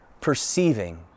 perceiving